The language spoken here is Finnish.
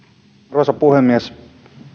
arvoisa puhemies